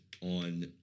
on